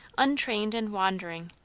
untrained and wandering,